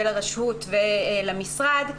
לרשות ולמשרד,